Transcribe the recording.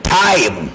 time